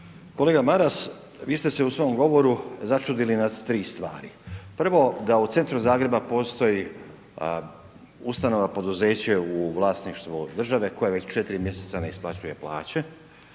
Nenad (SDP)** Vi ste se u svom govoru začudili na 3 stvari. Prvo da u centru Zagreba postoji ustanova, poduzeće u vlasništvu države koja već 4 mjeseca ne isplaćuje plaće.